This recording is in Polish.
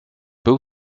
był